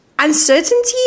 uncertainty